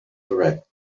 correct